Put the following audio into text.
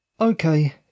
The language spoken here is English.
Okay